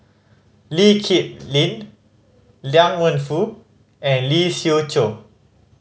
Lee Kip Lin Liang Wenfu and Lee Siew Choh